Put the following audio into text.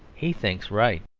he thinks right.